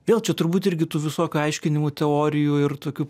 vėl čia turbūt irgi tų visokių aiškinimų teorijų ir tokių